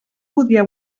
podia